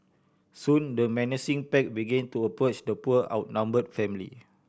soon the menacing pack began to approach the poor outnumbered family